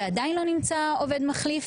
ועדיין לא נמצא עובד מחליף,